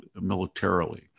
militarily